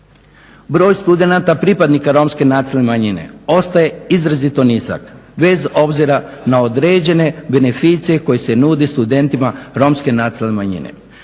Broj studenata pripadnika romske nacionalne manjine ostaje izrazito nizak bez obzira na određene beneficije koje se nude studentima romske nacionalne manjine.